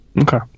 Okay